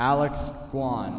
alex one